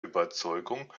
überzeugung